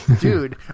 Dude